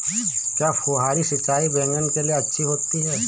क्या फुहारी सिंचाई बैगन के लिए अच्छी होती है?